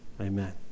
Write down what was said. Amen